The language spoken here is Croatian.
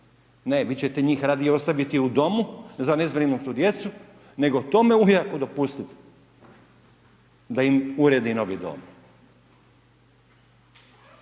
ne vi ćete njih radije ostaviti u domu za nezbrinutu djecu, nego tome ujaku dopustiti da im uredi novi dom.